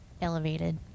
Elevated